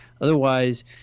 otherwise